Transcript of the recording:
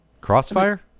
Crossfire